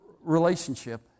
relationship